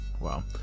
Wow